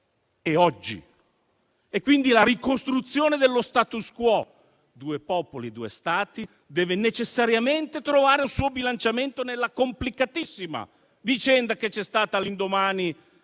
e oggi. Pertanto, la ricostruzione dello *status quo* (due popoli, due Stati) deve necessariamente trovare un suo bilanciamento nella complicatissima vicenda che c'è stata all'indomani